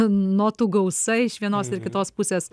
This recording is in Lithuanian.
notų gausa iš vienos ir kitos pusės